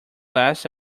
last